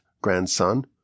grandson